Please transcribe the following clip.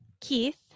Keith